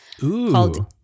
called